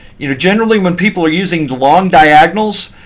you know generally, when people are using the long diagonals,